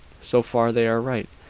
so far they are right.